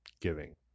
giving